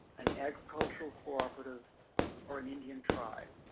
an agricultural cooperative or an indian tribe.